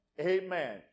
Amen